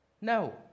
No